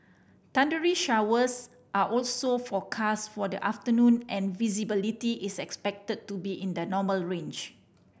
thundery showers are also forecast for the afternoon and visibility is expected to be in the normal range